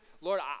Lord